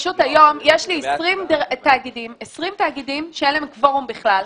פשוט היום יש לי 20 תאגידים שאין להם קוורום בכלל,